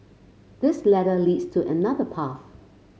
this ladder leads to another path